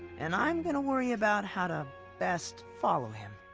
and i'm going to worry about how to best follow him.